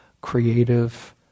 creative